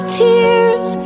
tears